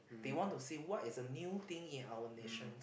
they want to see what is the new thing in our nations